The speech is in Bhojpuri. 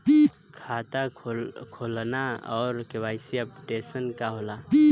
खाता खोलना और के.वाइ.सी अपडेशन का होला?